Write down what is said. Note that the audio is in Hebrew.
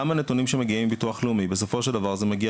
גם הנתונים שמגיעים מביטוח לאומי בסופו של דבר זה מגיע